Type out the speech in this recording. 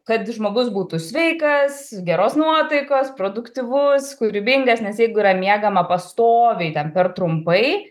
kad žmogus būtų sveikas geros nuotaikos produktyvus kūrybingas nes jeigu yra miegama pastoviai ten per trumpai